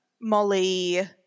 molly